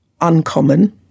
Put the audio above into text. uncommon